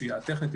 שהיא טכנית,